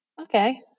Okay